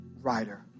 writer